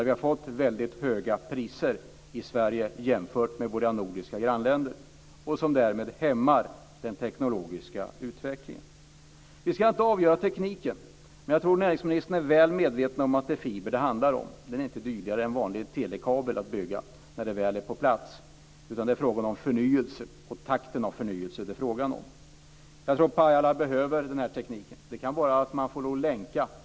Vi har fått väldigt höga priser i Sverige jämfört med våra nordiska grannländer. Det hämmar den teknologiska utvecklingen. Vi ska inte avgöra tekniken, men jag tror att näringsministern är väl medveten om att det är fiber det handlar om. Det här är inte dyrare att bygga än vanlig telekabel när det väl är på plats. Det är fråga om förnyelse och om takten på förnyelse. Jag tror att Pajala behöver den här tekniken. Det kan vara så att man får länka.